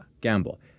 gamble